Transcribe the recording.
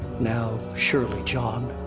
now, surely, jon.